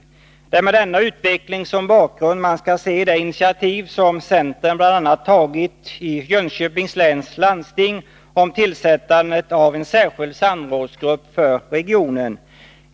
Det är mot bakgrund av denna utveckling som man skall se de initiativ som centern tagit bl.a. i Jönköpings läns landsting. Jag avser då tillsättandet av en särskild samrådsgrupp för regionen.